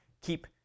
keep